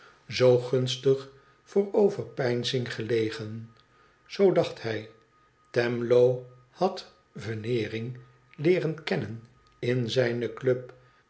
zoo gunstig voor overpeinzing gelegen zoo dacht hij twemlow had veneering leeren kennen in zijne club